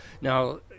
Now